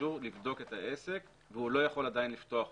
האישור לבדוק את העסק והוא עדיין לא יכול לפתוח אותו.